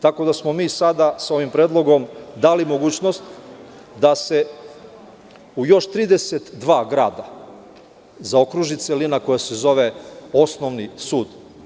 Tako da smo mi sada sa ovim predlogom dali mogućnost da se u još 32 grada zaokruži celina koja se zove osnovni sud.